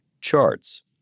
charts